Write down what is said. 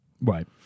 Right